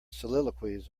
soliloquies